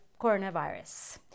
coronavirus